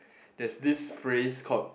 there's this phrase called